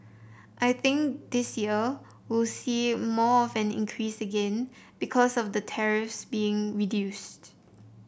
I think this year we'll see more of an increase again because of the tariffs being reduced